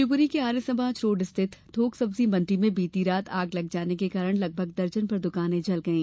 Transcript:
शिवपुरी के आर्य समाज रोड़ स्थित थोक सब्जी मंडी में बीती रात आग लग जाने के कारण लगभग दर्जनभर दुकानें जल गई